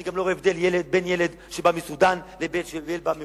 אני גם לא רואה הבדל בין ילד שבא מסודן לבין ילד שבא מרומניה.